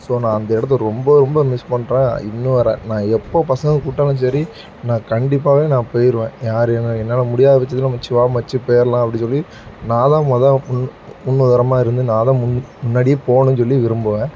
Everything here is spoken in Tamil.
ஸோ நான் அந்த இடத்த ரொம்ப ரொம்ப மிஸ் பண்ணுறேன் இன்னும் வர நான் எப்போ பசங்க கூப்பிட்டாலும் சரி நான் கண்டிப்பாகவே நான் போயிடுவேன் யார் என்ன என்னால் முடியாத பட்சத்தில் மச்சி வா மச்சி போயிடுலாம் அப்படின்னு சொல்லி நான் தான் முத முன் முன் உதாரணமாக இருந்து நான் தான் முன் முன்னாடியே போகணும் சொல்லி விரும்புவேன்